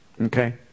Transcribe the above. Okay